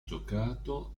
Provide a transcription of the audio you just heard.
giocato